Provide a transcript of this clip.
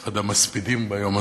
מספידים ביום הזה,